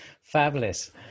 fabulous